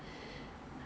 err